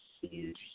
huge